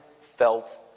felt